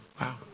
Wow